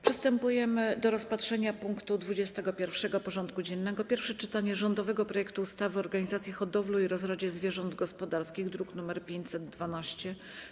Przystępujemy do rozpatrzenia punktu 21. porządku dziennego: Pierwsze czytanie rządowego projektu ustawy o organizacji hodowli i rozrodzie zwierząt gospodarskich (druk nr 512)